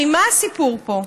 הרי מה הסיפור פה?